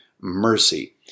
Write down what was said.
Mercy